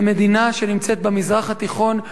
זו מדינה שנמצאת במזרח התיכון,